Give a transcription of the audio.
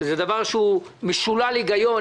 שזה דבר שהוא משולל היגיון,